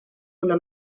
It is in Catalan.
una